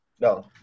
No